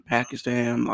Pakistan